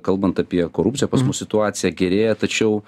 kalbant apie korupciją pas mus situacija gerėja tačiau